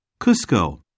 Cusco